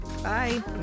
Bye